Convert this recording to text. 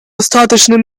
остаточный